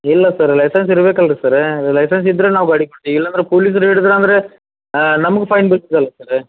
ಇಲ್ಲ sir license ಇರ್ಬೇಕು ಅಲ್ಲರೀ ಸರ ಲೈಸೆನ್ಸ್ ಇದ್ರೆ ನಾವು ಗಾಡಿ ಕೊಡ್ತೀವಿ ಇಲ್ಲಾಂದ್ರೆ ಪೊಲೀಸ್ರು ಹಿಡ್ದ್ರು ಅಂದರೆ ನಮಗೂ ಫೈನ್ ಬೀಳ್ತದಲ್ಲ ಸರ್